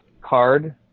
card